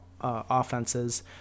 offenses